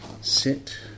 sit